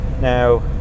Now